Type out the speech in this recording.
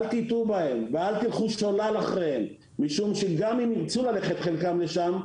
אל תטעו בהן ואל תלכו שולל אחריהן משום שגם אם חלקם ירצו ללכת לשם,